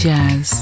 Jazz